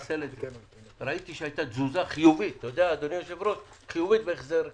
ראיתי שהיתה תזוזה חיובית בהחזר כרטיסים.